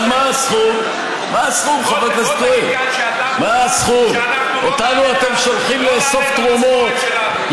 בוא תגיד שאנחנו לא נעלה את המשכורת שלנו.